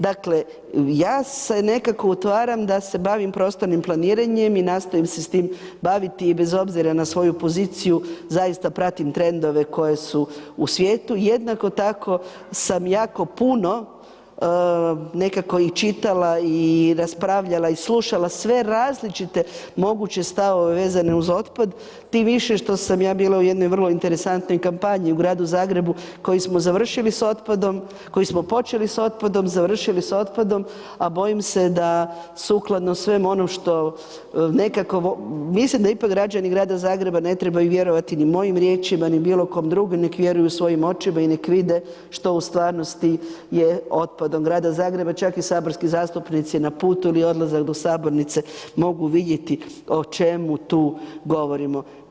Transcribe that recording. Dakle, ja se nekako utvaram da se bavim prostornim planiranjem i nastojim se s tim baviti i bez obziran a svoju poziciju, zaista pratim trendove koji su u svijet, jednako tako sam jako puno nekako i čitala i raspravljala i slušala sve različite moguće stavove vezano uz otpad, tim više što sam ja bila u jednoj vrlo interesantnoj kampanji u gradu Zagrebu koji smo počeli s otpadom, završili s otpadom a bojim se da sukladno svem onom što nekako, mislim da ipak građani grada Zagreba ne trebaju vjerovati ni mojim riječima ni bilo kom drugom, nek vjeruju svojim očima i nek vide što u stvarnosti je otpadom grada Zagreba, čak i saborski zastupnici na putu ili odlazak do sabornice mogu vidjeti o čemu tu govorimo.